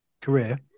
career